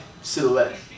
silhouette